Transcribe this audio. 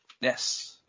Yes